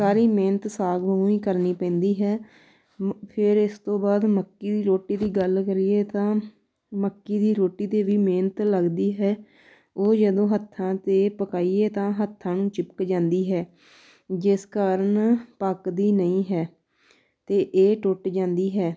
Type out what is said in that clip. ਸਾਰੀ ਮਿਹਨਤ ਸਾਗ ਵਾਂਗੂੰ ਹੀ ਕਰਨੀ ਪੈਂਦੀ ਹੈ ਮ ਫਿਰ ਇਸ ਤੋਂ ਬਾਅਦ ਮੱਕੀ ਦੀ ਰੋਟੀ ਦੀ ਗੱਲ ਕਰੀਏ ਤਾਂ ਮੱਕੀ ਦੀ ਰੋਟੀ 'ਤੇ ਵੀ ਮਿਹਨਤ ਲੱਗਦੀ ਹੈ ਉਹ ਜਦੋਂ ਹੱਥਾਂ 'ਤੇ ਪਕਾਈਏ ਤਾਂ ਹੱਥਾਂ ਨੂੰ ਚਿਪਕ ਜਾਂਦੀ ਹੈ ਜਿਸ ਕਾਰਨ ਪੱਕਦੀ ਨਹੀਂ ਹੈ ਅਤੇ ਇਹ ਟੁੱਟ ਜਾਂਦੀ ਹੈ